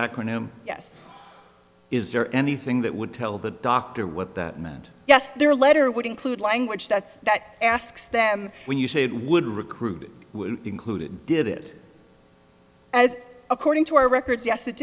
acronym yes is there anything that would tell the doctor what that meant yes their letter would include language that's that asks them when you say it would recruit included did it as according to our records yes it